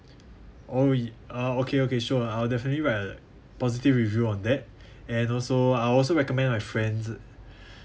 oh you uh okay okay sure I'll definitely write like positive review on that and also I'll also recommend my friends